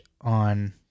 on